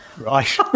Right